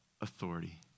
authority